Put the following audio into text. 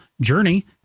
journey